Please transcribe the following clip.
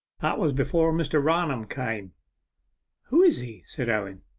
that was before mr. raunham came who is he said owen.